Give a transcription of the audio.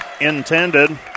intended